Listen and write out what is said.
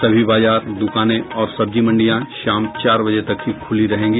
सभी बाजार दुकानें और सब्जी मंडियां शाम चार बजे तक ही खुली रहेंगी